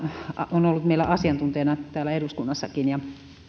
on ollut meillä asiantuntijana täällä eduskunnassakin ja